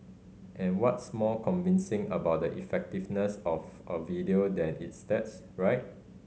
and what's more convincing about the effectiveness of a video than its stats right